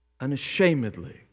unashamedly